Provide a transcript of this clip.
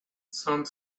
some